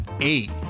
eight